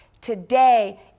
Today